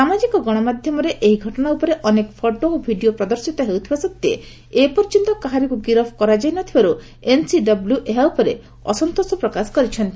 ସାମାଜିକ ଗଣମାଧ୍ୟମରେ ଏହି ଘଟଣା ଉପରେ ଅନେକ ଫଟୋ ଓ ଭିଡ଼ିଓ ପ୍ରଦର୍ଶୀତ ହେଉଥିବା ସତ୍ତ୍ୱେ ଏପର୍ଯ୍ୟନ୍ତ କାହାରିକୁ ଗିରଫ୍ କରାଯାଇନଥିବାରୁ ଏନ୍ସିଡବ୍ଲ୍ୟ ଏହା ଉପରେ ଅସନ୍ତୋଷ ପ୍ରକାଶ କରିଛନ୍ତି